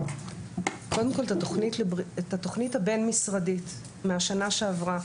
את התוכנית הבין-משרדית מהשנה שעברה